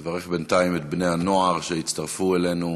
נברך בינתיים את בני-הנוער שהצטרפו אלינו